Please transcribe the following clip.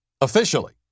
officially